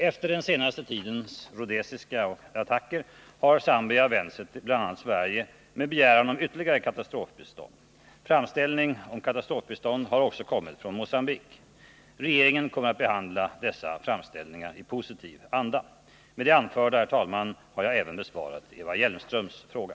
Efter den senaste tidens rhodesiska attacker har Zambia vänt sig till bl.a. Sverige med begäran om ytterligare katastrofbistånd. Framställning om katastrofbistånd har också kommit från Mogambique. Regeringen kommer att behandla dessa framställningar i positiv anda. Med det anförda har jag även besvarat Eva Hjelmströms fråga.